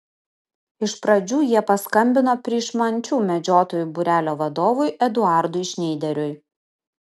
iš pradžių jie paskambino pryšmančių medžiotojų būrelio vadovui eduardui šneideriui